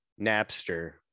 Napster